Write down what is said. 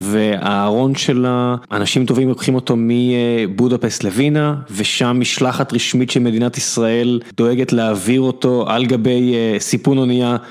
והארון שלה, אנשים טובים לוקחים אותו מבודפסט לווינה, ושם משלחת רשמית של מדינת ישראל דואגת להעביר אותו על גבי סיפון אונייה.